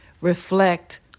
reflect